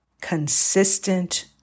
consistent